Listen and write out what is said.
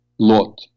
Lot